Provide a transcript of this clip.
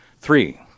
three